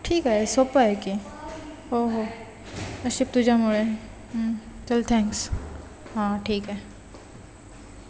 ठीक आहे सोपं आहे की हो हो असे तुझ्यामुळे चल थँक्स हां ठीक आहे